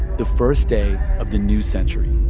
the first day of the new century,